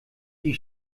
die